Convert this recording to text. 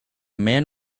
man